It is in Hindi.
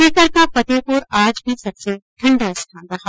सीकर का फतेहपुर आज भी सबसे ठण्डा स्थान रहा